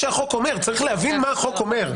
צריך להבין מה החוק אומר.